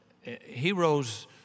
heroes